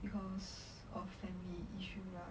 because of family issue lah